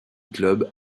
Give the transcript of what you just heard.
club